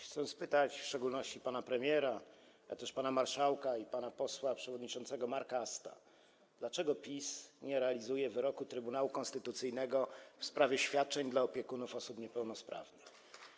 Chcę spytać w szczególności pana premiera, a także pana marszałka i pana posła przewodniczącego Marka Asta: Dlaczego PiS nie realizuje wyroku Trybunału Konstytucyjnego w sprawie świadczeń dla opiekunów osób niepełnosprawnych?